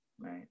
right